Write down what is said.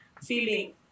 feeling